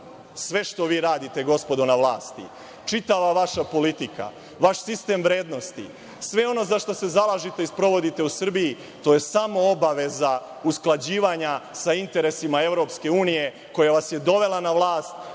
Sve što vi radite, gospodo na vlasti, čitava vaša politika, vaš sistem vrednosti, sve ono za šta se zalažete i sprovodite u Srbiji, to je samo obaveza usklađivanja sa interesima EU, koja vas je dovela na vlast